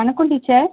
வணக்கம் டீச்சர்